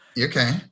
Okay